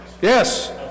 yes